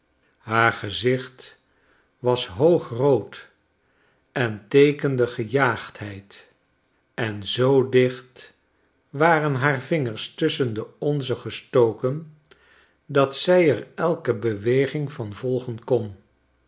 haar gezicht was hoogrood en teekende gejaagdheid en zoo dicht waren hare vingers tusschen de onzen gestoken dat zij er elke beweging van volgen kon